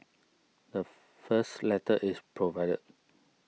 the first letter is provided